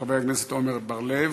לחבר הכנסת עמר בר-לב.